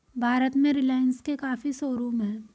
भारत में रिलाइन्स के काफी शोरूम हैं